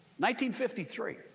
1953